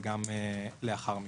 וגם לאחר מכן.